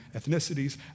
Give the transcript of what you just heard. ethnicities